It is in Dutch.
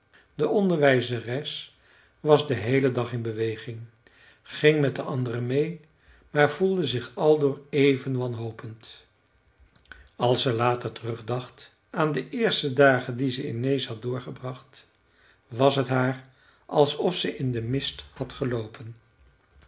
de onderwijzeres was den heelen dag in beweging ging met de anderen mee maar voelde zich aldoor even wanhopend als ze later terugdacht aan de eerste dagen die ze in nääs had doorgebracht was het haar alsof ze in den mist had geloopen